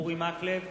אורי מקלב,